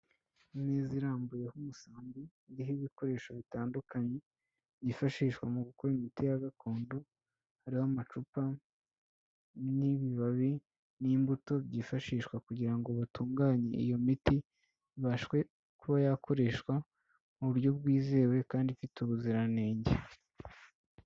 Imeza irambuyeho umusambi iriho ibikoresho bitandukanye byifashishwa mu gukora imiti ya gakondo, hari amacupa n'ibibabi n'imbuto byifashishwa kugira ngo batunganye iyo miti ibashe kuba yakoreshwa mu buryo bwizewe kandi ifite ubuziranenge.